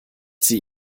sie